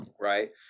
right